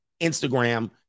Instagram